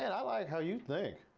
and i like how you think.